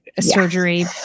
Surgery